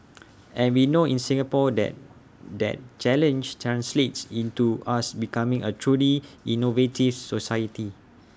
and we know in Singapore that that challenge translates into us becoming A truly innovative society